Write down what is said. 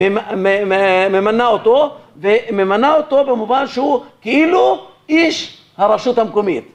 ממנה אותו, וממנה אותו במובן שהוא כאילו איש הרשות המקומית.